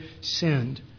sinned